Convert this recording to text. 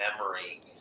memory